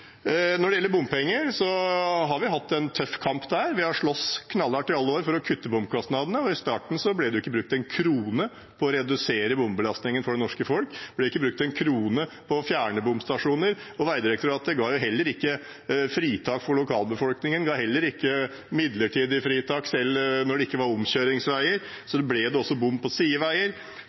Når det gjelder bompenger, har vi hatt en tøff kamp der. Vi har slåss knallhardt i alle år for å kutte bomkostnadene. I starten ble det ikke brukt en krone på å redusere bombelastningen for det norske folk, det ble ikke brukt en krone på å fjerne bomstasjoner. Vegdirektoratet ga heller ikke fritak for lokalbefolkningen, ga heller ikke midlertidige fritak selv når det ikke var omkjøringsveier, og så ble det også bom på sideveier.